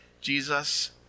Jesus